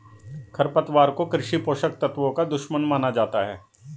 खरपतवार को कृषि पोषक तत्वों का दुश्मन माना जाता है